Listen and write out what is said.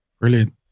Brilliant